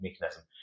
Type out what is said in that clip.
mechanism